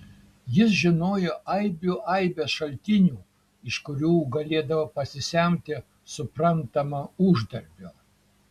jis žinojo aibių aibes šaltinių iš kurių galėdavo pasisemti suprantama uždarbio